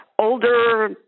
older